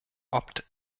opt